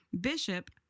bishop